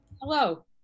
Hello